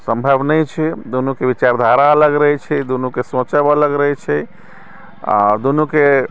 संभव नहि छै दुनूके विचारधारा अलग रहैत छै दुनूके सोचब अलग रहैत छै आ दुनूके